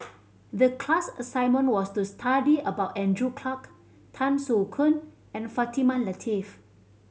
the class assignment was to study about Andrew Clarke Tan Soo Khoon and Fatimah Lateef